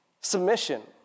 Submission